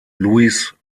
louis